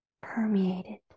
permeated